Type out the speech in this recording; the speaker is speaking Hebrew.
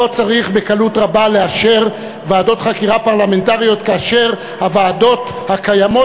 לא צריך בקלות רבה לאשר ועדות חקירה פרלמנטריות כאשר הוועדות הקיימות